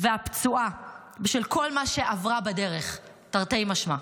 והפצועה בשל כל מה שעברה בדרך, תרתי משמע.